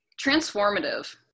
Transformative